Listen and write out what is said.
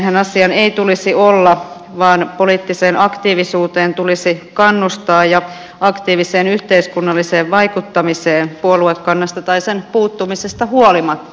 näinhän asian ei tulisi olla vaan poliittiseen aktiivisuuteen tulisi kannustaa ja aktiiviseen yhteiskunnalliseen vaikuttamiseen puoluekannasta tai sen puuttumisesta huolimatta